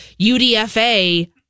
UDFA